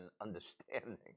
understanding